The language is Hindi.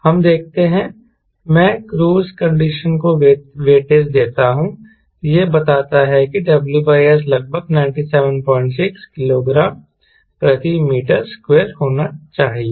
हमें देखते हैं मैं क्रूज कंडीशन को वेटेज देता हूं यह बताता है कि WS लगभग 976 किलोग्राम प्रति मीटर स्क्वायर होना चाहिए